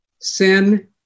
sin